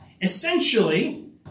Essentially